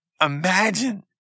Imagine